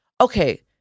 okay